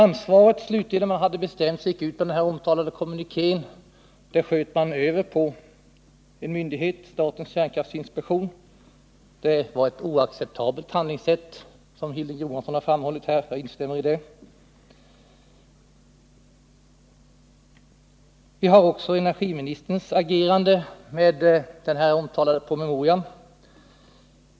När man slutligen hade bestämt sig och gick ut med den omtalade kommunikén sköt man över ansvaret på en myndighet, statens kärnkraftinspektion. Det var, som Hilding Johansson har framhållit, ett oacceptabelt handlingssätt. Vi har också energiministerns agerande när det gäller den omtalade promemorian.